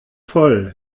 voll